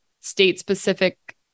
state-specific